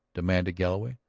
demanded galloway.